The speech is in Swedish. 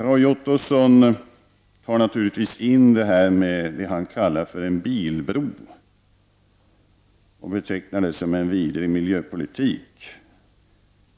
Roy Ottosson tar naturligtvis in det han kallar en bilbro i resonemanget och använder beteckningen en vidrig miljöpolitik.